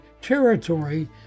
territory